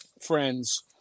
friends